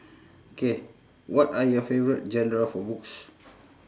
K what are your favourite genre for books